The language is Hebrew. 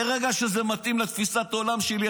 ברגע שזה מתאים לתפיסת העולם שלי,